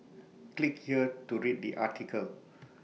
click here to read the article